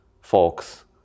folks